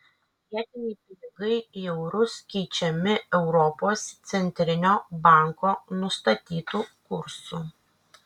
vietiniai pinigai į eurus keičiami europos centrinio banko nustatytu kursu